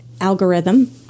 algorithm